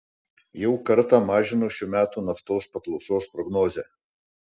jau kartą mažino šių metų naftos paklausos prognozę